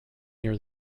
near